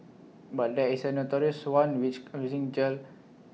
but there is A notorious one which gel